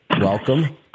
welcome